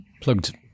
plugged